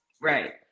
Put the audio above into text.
Right